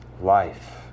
life